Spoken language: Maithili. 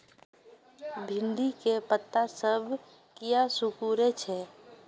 भिंडी के पत्ता सब किया सुकूरे छे?